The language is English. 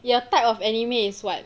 your type of anime is what